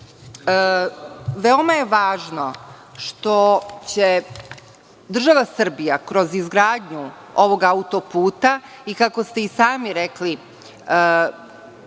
je važno što će država Srbija kroz izgradnju ovog auto puta, i kako ste i sami rekli